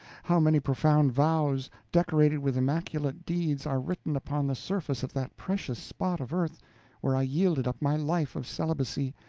how many profound vows, decorated with immaculate deeds, are written upon the surface of that precious spot of earth where i yielded up my life of celibacy,